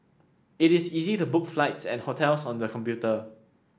it is easy to book flights and hotels on the computer